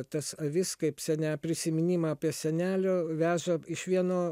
tas avis kaip sene prisiminimą apie senelį veža iš vieno